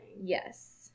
Yes